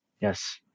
Yes